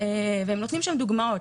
והם מציגים שם דוגמאות.